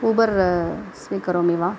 Uber स्वीकरोमि वा